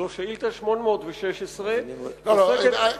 זו שאילתא 816, לא, לא.